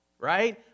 right